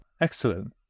Excellent